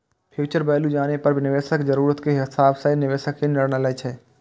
future value जानै पर निवेशक जरूरत के हिसाब सं निवेश के निर्णय लै छै